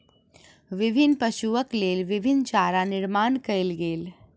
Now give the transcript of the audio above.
विभिन्न पशुक लेल विभिन्न चारा निर्माण कयल गेल